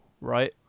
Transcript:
right